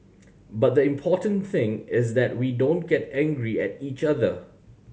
but the important thing is that we don't get angry at each other